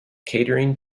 catering